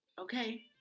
Okay